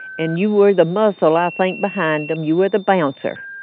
and you were the muscle, i think, behind them. you were the bouncer